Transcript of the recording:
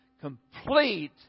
complete